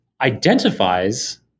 identifies